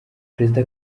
perezida